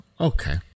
okay